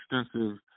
extensive